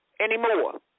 anymore